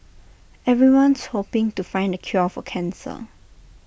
everyone's hoping to find the cure for cancer